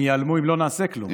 הם ייעלמו אם לא נעשה כלום.